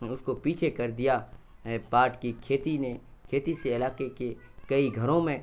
اس کو پیچھے کر دیا پاٹ کی کھیتی نے کھیتی سے علاقے کے کئی گھروں میں